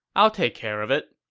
i'll take care of it,